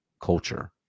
culture